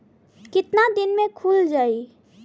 कितना दिन में खुल जाई?